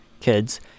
kids